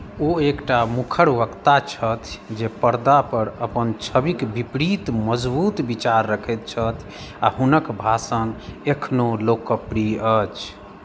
ओ एकटा मुखर वक्ता छथि जे परदापर अपन छविके विपरीत मजबूत विचार रखैत छथि आओर हुनक भाषण एखनहु लोकप्रिय अछि